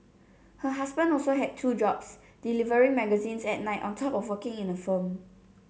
her husband also had two jobs delivering magazines at night on top of working in a firm